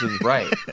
Right